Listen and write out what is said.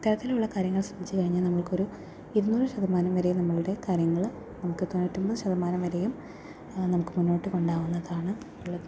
ഇത്തരത്തിലുള്ള കാര്യങ്ങൾ ശ്രദ്ധിച്ച് കഴിഞ്ഞാൽ നമുക്ക് ഒരു ഇരുനൂറ് ശതമാനം വരെ നമ്മുടെ കാര്യങ്ങൾ നമുക്ക് തൊണ്ണൂറ്റൊൻപത് ശതമാനം വരെയും നമുക്ക് മുന്നോട്ട് കൊണ്ട് പോകാവുന്നതാണ് ഉള്ളത്